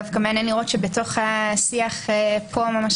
דווקא מעניין לראות שבתוך השיח פה ממש